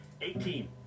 Eighteen